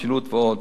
שילוט ועוד.